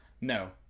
No